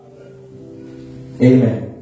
Amen